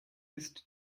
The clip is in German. ist